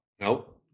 no